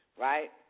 Right